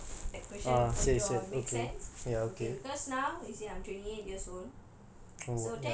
maybe that question கொஞ்சம்:koncham make sense okay because now you see I'm twenty eight years old